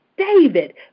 David